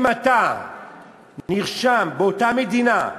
אם אתה נרשם באותה מדינה,